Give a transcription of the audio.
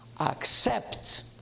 Accept